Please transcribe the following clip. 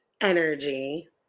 energy